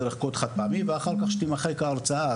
ואחר כך שתימחק ההרצאה.